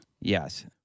Yes